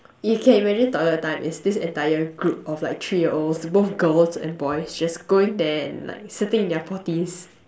you can imagine toilet time is this entire group of like three year olds both girls and boys just going there and like sitting in their potties